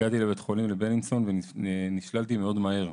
בבית חולים בילינסון ונשללתי מאוד מהר.